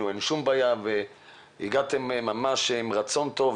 שמבחינתכם אין שום בעיה, והגעתם עם רצון טוב.